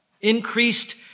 Increased